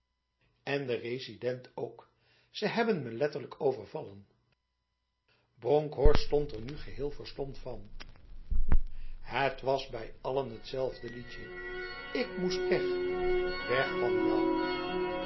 en de resident ook ze hebben me letterlijk overvallen bronkhorst stond er nu geheel verstomd van het was bij allen hetzelfde lied ik moest weg weg van jou